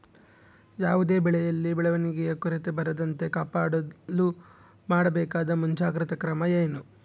ಯಾವುದೇ ಬೆಳೆಯಲ್ಲಿ ಬೆಳವಣಿಗೆಯ ಕೊರತೆ ಬರದಂತೆ ಕಾಪಾಡಲು ಮಾಡಬೇಕಾದ ಮುಂಜಾಗ್ರತಾ ಕ್ರಮ ಏನು?